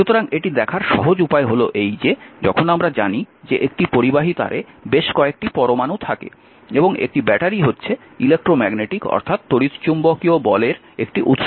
সুতরাং এটি দেখার সহজ উপায় হল এই যে যখন আমরা জানি যে একটি পরিবাহী তারে বেশ কয়েকটি পরমাণু থাকে এবং একটি ব্যাটারি হচ্ছে ইলেক্ট্রোম্যাগনেটিক অর্থাৎ তড়িৎচুম্বকীয় বলের একটি উৎস